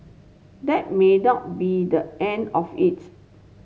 that may not be the end of it